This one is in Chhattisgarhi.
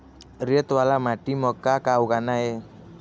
रेत वाला माटी म का का उगाना ये?